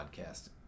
podcast